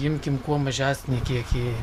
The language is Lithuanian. imkim kuo mažesnį kiekį